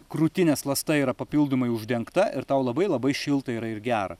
krūtinės ląsta yra papildomai uždengta ir tau labai labai šilta yra ir gera